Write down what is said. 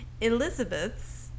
Elizabeth's